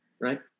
right